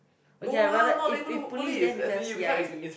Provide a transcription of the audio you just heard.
oh ya my brother if if police then become c_i_d